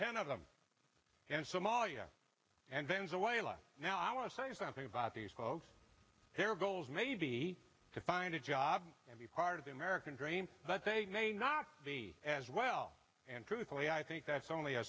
ten of them and somalia and venezuela now i want to say something about these folks their goals maybe to find a job and be part of the american dream but they may not as well and truthfully i think that's only a